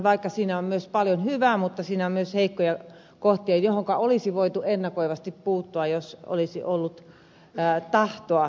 vaikka siinä on myös paljon hyvää siinä on myös heikkoja kohtia joihin olisi voitu ennakoivasti puuttua jos olisi ollut tahtoa